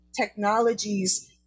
technologies